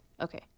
Okay